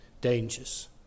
dangers